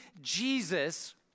Jesus